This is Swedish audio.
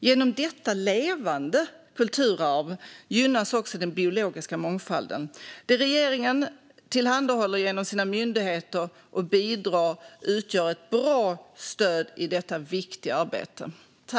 Genom detta levande kulturarv gynnas också den biologiska mångfalden.